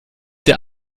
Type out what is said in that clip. der